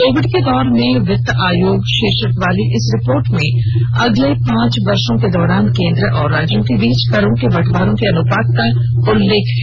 Covid के दौर में वित्त आयोग शीर्षक वाली इस रिपोर्ट में अगले पांच वर्षों के दौरान केन्द्र और राज्यों के बीच करों के बँटवारे के अनुपात का उल्लेख है